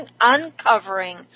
uncovering